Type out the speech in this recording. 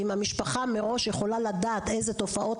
אם המשפחה מראש תוכל לדעת איזה תופעות